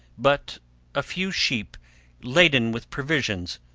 but a few sheep laden with provisions,